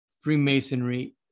Freemasonry